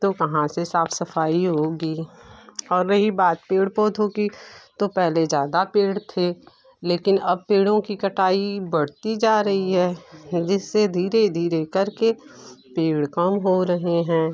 तो कहाँ से साफ सफाई होगी और रही बात पेड़ पौधों की तो पहले ज़्यादा पेड़ थे लेकिन अब पेड़ों की कटाई बढ़ती जा रही है जिससे धीरे धीरे करके पेड़ कम हो रहे हैं